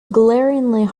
glaringly